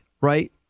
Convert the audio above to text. right